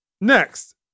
Next